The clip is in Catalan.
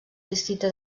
districte